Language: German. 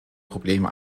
probleme